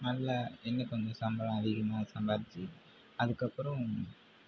நல்லா இன்னும் கொஞ்சம் சம்பளம் அதிகமாக சம்பாரித்து அதுக்கப்புறம்